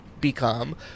become